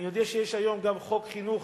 אני יודע שיש היום גם חוק חינוך,